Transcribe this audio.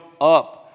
up